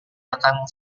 akan